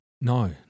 No